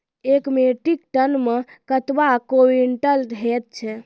एक metric ton मे कतवा क्वींटल हैत छै?